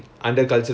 oh